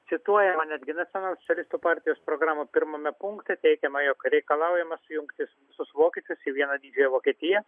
cituojama netgi nacionalsocialistų partijos programų pirmame punkte teigiama jog reikalaujama sujungti visus vokiečius į vieną didžiąją vokietiją